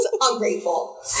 Ungrateful